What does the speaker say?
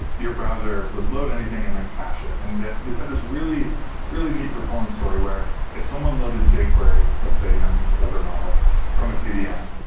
your browser would load anything and then cache it, and this had this really really neat performance story where if someone loaded jquery, let's say, you know and it's older model from a cdn,